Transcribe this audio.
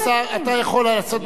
אתה יכול לעשות מה שאתה רוצה,